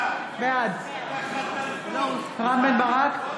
בעד רם בן ברק,